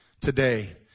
today